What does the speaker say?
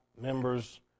members